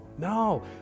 No